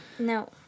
No